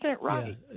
right